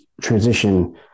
transition